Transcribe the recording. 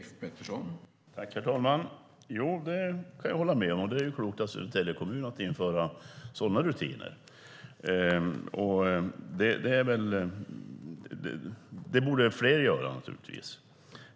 Herr talman! Det är klokt av Södertälje kommun att införa sådana rutiner. Det borde fler göra.